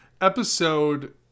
episode